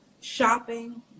shopping